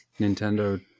Nintendo